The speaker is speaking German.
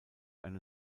eine